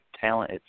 talent